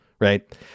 right